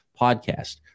podcast